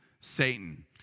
Satan